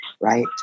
right